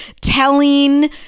telling